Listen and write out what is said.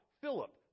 Philip